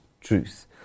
truth